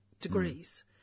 Degrees